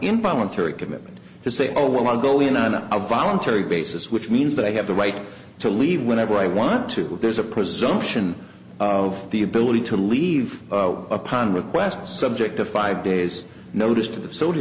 involuntary commitment to say oh well i'll go in on a voluntary basis which means that i have the right to leave whenever i want to but there's a presumption of the ability to leave upon request subject to five days notice to the so